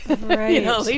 Right